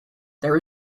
there